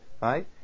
Right